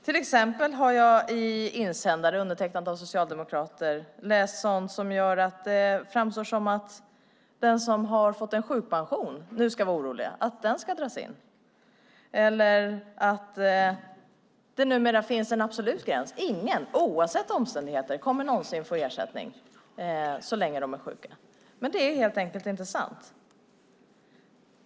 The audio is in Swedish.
Jag har till exempel i insändare undertecknade av socialdemokrater läst sådant som gör att det framstår som om de som har fått en sjukpension nu ska vara oroliga för att den ska dras in eller att det numera finns en absolut gräns. Ingen, oavsett omständigheter, kommer någonsin att få ersättning så länge de är sjuka. Men detta är helt enkelt inte sant.